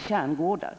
Kärngårdar.